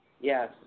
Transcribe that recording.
Yes